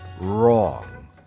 wrong